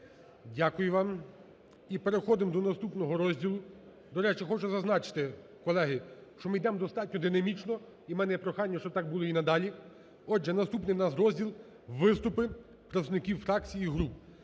Дякую вам. І переходимо до наступного розділу. До речі, хочу зазначити, колеги, що ми йдемо достатньо динамічно і в мене є прохання, щоб так було і надалі. Отже, наступний у нас розділ виступи представників фракцій і груп.